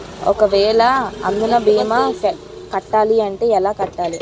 ఒక వేల అందునా భీమా కట్టాలి అంటే ఎలా కట్టాలి?